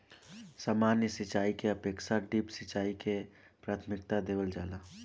सामान्य सिंचाई के अपेक्षा ड्रिप सिंचाई के प्राथमिकता देवल जाला